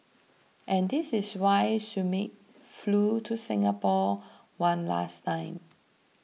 and this is why Schmidt flew to Singapore one last time